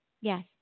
Yes